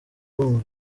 bumva